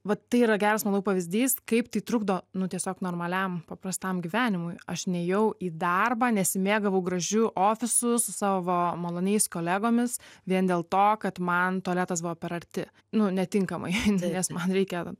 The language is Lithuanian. vat tai yra geras manau pavyzdys kaip tai trukdo nu tiesiog normaliam paprastam gyvenimui aš nėjau į darbą nesimėgavo gražiu ofisu su savo maloniais kolegomis vien dėl to kad man tualetas buvo per arti nu netinkamai nes man reikia